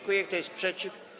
Kto jest przeciw?